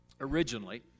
originally